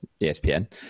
ESPN